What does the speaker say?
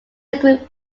include